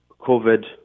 COVID